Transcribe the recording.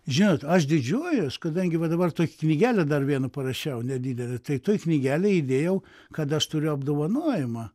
žinot aš didžiuojuos kadangi va dabar tokią knygelę dar vieną parašiau nedidelę tai toj knygelėj įdėjau kad aš turiu apdovanojimą